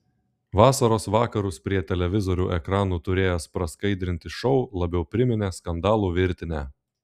vasaros vakarus prie televizorių ekranų turėjęs praskaidrinti šou labiau priminė skandalų virtinę